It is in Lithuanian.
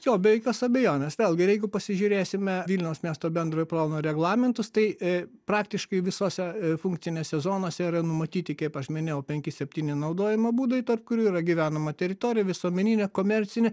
jo be jokios abejonės vėlgi ir jeigu pasižiūrėsime vilniaus miesto bendrojo plano reglamentus tai praktiškai visose funkcinėse zonose yra numatyti kaip minėjau penki septyni naudojimo būdai tarp kurių yra gyvenama teritorija visuomeninė komercinė